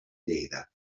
lleida